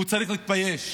הוא צריך להתבייש,